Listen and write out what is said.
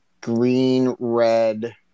green-red